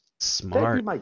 smart